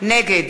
נגד